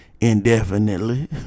Indefinitely